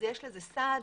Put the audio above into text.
יש לזה סעד.